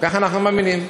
כך אנחנו מאמינים,